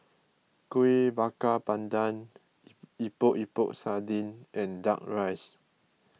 Kueh Bakar Pandan Epok Epok Sardin and Duck Rice